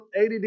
ADD